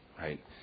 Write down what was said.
right